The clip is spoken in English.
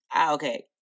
Okay